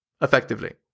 effectively